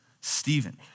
Stephen